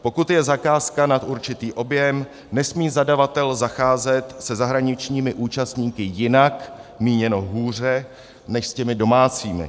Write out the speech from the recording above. Pokud je zakázka nad určitý objem, nesmí zadavatel zacházet se zahraničními účastníky jinak míněno hůře než s těmi domácími.